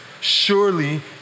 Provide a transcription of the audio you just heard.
surely